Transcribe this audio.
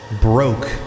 broke